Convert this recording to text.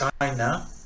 China